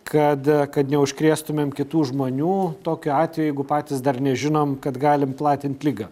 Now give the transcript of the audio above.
kad kad neužkrėstumėm kitų žmonių tokiu atveju jeigu patys dar nežinom kad galim platint ligą